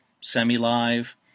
semi-live